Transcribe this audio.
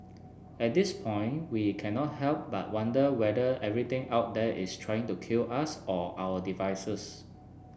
at this point we cannot help but wonder whether everything out there is trying to kill us or our devices